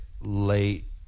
late